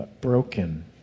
broken